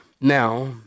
Now